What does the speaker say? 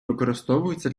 використовується